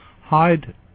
hide